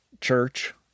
church